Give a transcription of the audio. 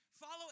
Follow